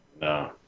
No